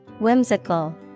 Whimsical